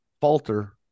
falter